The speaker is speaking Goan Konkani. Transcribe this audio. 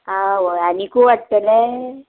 आवय आनिकू वाडटले